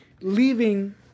leaving